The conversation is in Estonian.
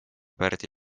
pärdi